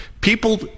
people